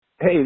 Hey